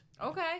Okay